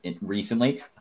recently